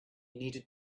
needed